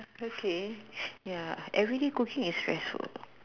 okay ya everyday cooking espresso